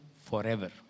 forever